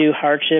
hardship